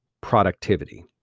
productivity